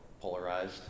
polarized